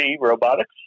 Robotics